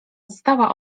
stała